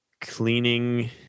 cleaning